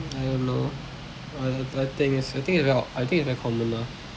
I don't know I I think is I think it's very o~ I think it's very common ah